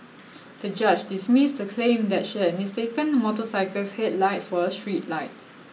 the judge dismissed her claim that she had mistaken the motorcycle's headlight for a street light